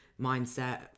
mindset